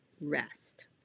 rest